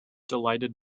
delighted